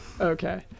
Okay